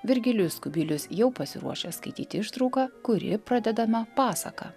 virgilijus kubilius jau pasiruošęs skaityti ištrauką kuri pradedama pasaka